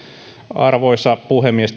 arvoisa puhemies